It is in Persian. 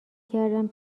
کردم